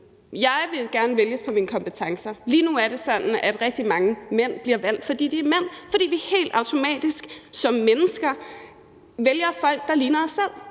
Jeg vil gerne vælges på mine kompetencer. Lige nu er det sådan, at rigtig mange mænd bliver valgt, fordi de er mænd, altså fordi vi helt automatisk som mennesker vælger folk, der ligner os selv.